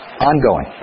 Ongoing